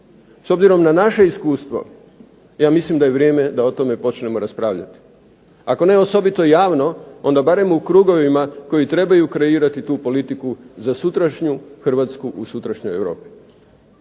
s obzirom na naše iskustvo ja mislim da je vrijeme da o tome počnemo raspravljati. Ako ne osobito javno, onda barem u krugovima koji trebaju kreirati tu politiku za sutrašnju Hrvatsku u sutrašnjoj Europi.